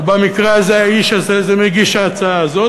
במקרה הזה האיש הזה מגיש ההצעה הזאת,